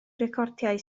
recordiau